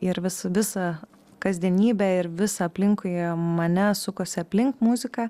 ir vis visą kasdienybę ir visa aplinkui mane sukosi aplink muziką